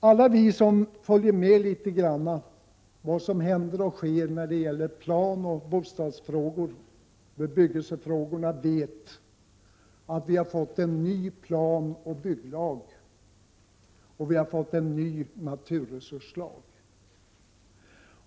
Alla som följer med vad som händer och sker när det gäller planoch bostadsfrågor och bebyggelsefrågor vet att vi har fått en ny planoch bygglag och en ny naturresurslag.